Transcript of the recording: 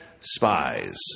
spies